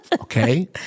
okay